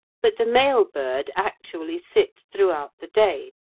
but the male bird actually sits throughout the day,